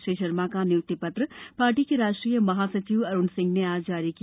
श्री शर्मा का नियुक्ति पत्र पार्टी के राष्ट्रीय महासचिव अरुण सिंह ने आज जारी किया